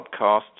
podcasts